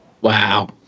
wow